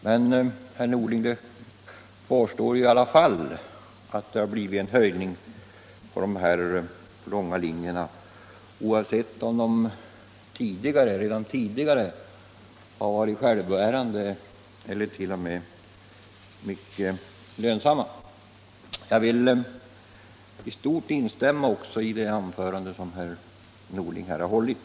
Men kvar står ju ändå att det har blivit en höjning på de långa linjerna, oavsett om de redan tidigare var självbärande eller t.o.m. mycket lönsamma. Jag vill i stort instämma i det anförande herr Ångström här har hållit.